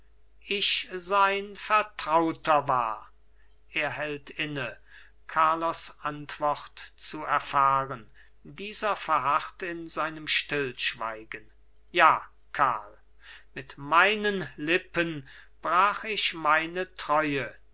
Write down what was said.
ich sein vertrauter war er hält inne carlos antwort zu erfahren dieser verharrt in seinem stillschweigen ja karl mit meinen lippen brach ich meine treue